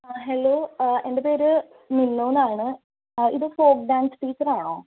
ആ ഹലോ എൻ്റെ പേര് മിന്നുവെന്നാണ് ഇത് ഫോക്ക് ഡാൻസ് ടീച്ചറാണോ